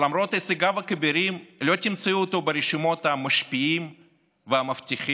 שלמרות הישגיו הכבירים לא תמצאו אותו ברשימות המשפיעים והמבטיחים.